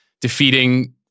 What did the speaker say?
defeating